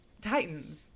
Titans